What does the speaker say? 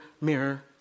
mirror